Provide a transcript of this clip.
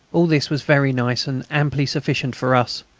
all this was very nice, and amply sufficient for us.